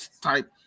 type